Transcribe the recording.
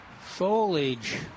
foliage